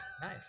Nice